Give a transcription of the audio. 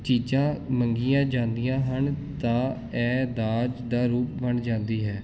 ਚੀਜ਼ਾਂ ਮੰਗੀਆਂ ਜਾਂਦੀਆਂ ਹਨ ਤਾਂ ਇਹ ਦਾਜ ਦਾ ਰੂਪ ਬਣ ਜਾਂਦੀ ਹੈ